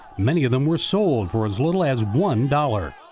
many of them were sold for as little as one dollars.